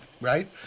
right